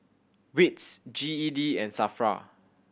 wits G E D and SAFRA